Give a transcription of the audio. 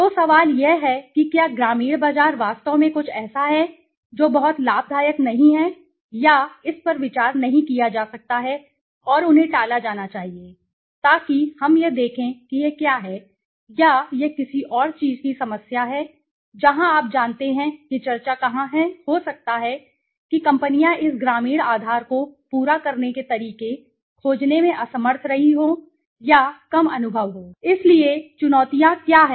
तो सवाल यह है कि क्या ग्रामीण बाजार वास्तव में कुछ ऐसा है जो बहुत लाभदायक नहीं है या इस पर विचार नहीं किया जाता है और उन्हें टाला जाना चाहिए ताकि हम यह देखें कि यह क्या है या यह किसी और चीज की समस्या है जहां आप जानते हैं कि चर्चा कहां है हो सकता है हो सकता है कि कंपनियां इस ग्रामीण आधार को पूरा करने के तरीके खोजने में असमर्थ रही हों या कम अभिनव हों इसलिए चुनौतियां क्या हैं